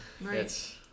Right